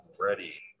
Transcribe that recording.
ready